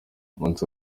umunsi